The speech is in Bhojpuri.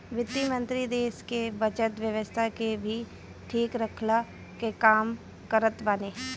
वित्त मंत्री देस के बजट व्यवस्था के भी ठीक रखला के काम करत बाने